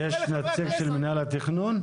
יש נציג של מינהל התכנון?